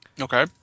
Okay